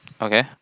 okay